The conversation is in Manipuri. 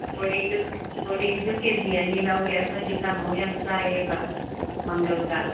ꯕꯣꯔꯤꯗꯨ ꯀꯦꯖꯤ ꯑꯅꯤ ꯂꯧꯒꯦ ꯑꯩꯈꯣꯏꯗꯤ ꯀꯥꯡꯍꯧ ꯌꯥꯝ ꯆꯥꯏꯌꯦꯕ ꯃꯪꯒꯜꯒ